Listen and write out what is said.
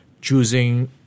choosing